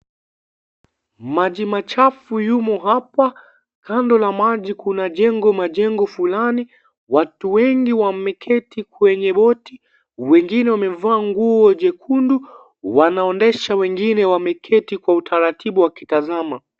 Maji machafu yumo hapa. Kando la maji kuna jengo, majengo fulani. Watu wengi wameketi kwenye boti. Wengine wamevaa nguo jekundu. Wanaondesha wengine wameketi kwa utaratibu wakitazama.